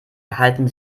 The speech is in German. erhalten